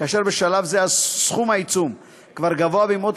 כאשר בשלב זה סכום העיצום כבר גבוה במאות